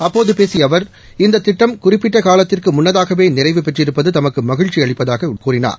அப்போது பேசிய அவர் இந்த திட்டம் குறிப்பிட்ட காலத்திற்கு முன்னதாகவே நிறைவு பெற்றிருப்பது தமக்கு மகிழ்ச்சி அளிப்பதாக உள்ளது என்றார்